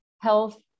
health